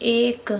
एक